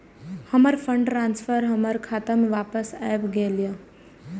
हमर fund transfer हमर खाता में वापस आब गेल या